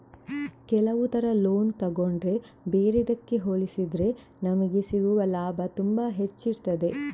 ಕೆಲವು ತರ ಲೋನ್ ತಗೊಂಡ್ರೆ ಬೇರೆದ್ದಕ್ಕೆ ಹೋಲಿಸಿದ್ರೆ ನಮಿಗೆ ಸಿಗುವ ಲಾಭ ತುಂಬಾ ಹೆಚ್ಚಿರ್ತದೆ